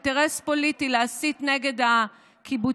אינטרס פוליטי להסית נגד הקיבוצים,